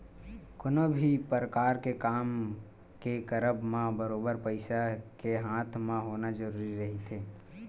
कोनो भी परकार के काम के करब म बरोबर पइसा के हाथ म होना जरुरी रहिथे